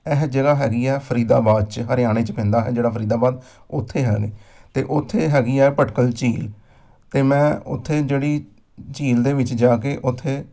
ਇਹ ਜਗ੍ਹਾ ਹੈਗੀ ਹੈ ਫਰੀਦਾਬਾਦ 'ਚ ਹਰਿਆਣੇ 'ਚ ਪੈਂਦਾ ਹੈ ਜਿਹੜਾ ਫਰੀਦਾਬਾਦ ਉੱਥੇ ਹਨ ਅਤੇ ਉੱਥੇ ਹੈਗੀਆਂ ਬਡਖਲ ਝੀਲ ਅਤੇ ਮੈਂ ਉੱਥੇ ਜਿਹੜੀ ਝੀਲ ਦੇ ਵਿੱਚ ਜਾ ਕੇ ਉੱਥੇ